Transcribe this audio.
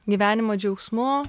gyvenimo džiaugsmu